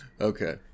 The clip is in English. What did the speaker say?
Okay